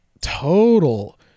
total